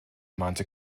mahnte